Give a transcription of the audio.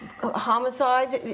homicides